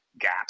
gap